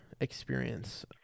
experience